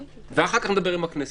ואחר כך נדבר עם הכנסת.